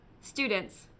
students